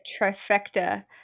trifecta